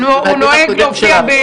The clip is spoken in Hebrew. הוא נוהג להופיע".